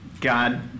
God